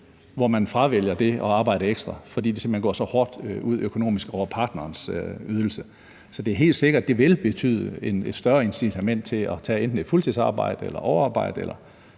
hvor man fravælger det at arbejde ekstra, fordi det simpelt hen går så hårdt økonomisk ud over partnerens ydelse. Så det er helt sikkert, at det vil betyde et større incitament til at tage enten et fuldtidsarbejde eller overarbejde